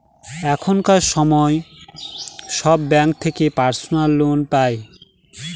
এখনকার সময় সব ব্যাঙ্ক থেকে পার্সোনাল লোন পাই